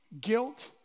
guilt